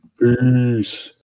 Peace